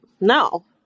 no